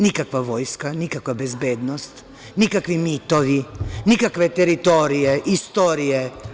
Nikakva vojska, nikakva bezbednost, nikakvi mitovi, nikakve teritorije, istorije.